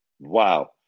wow